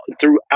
throughout